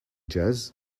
jazz